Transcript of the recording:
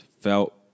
felt